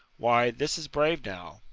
why, this is brave now.